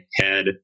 head